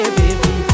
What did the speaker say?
baby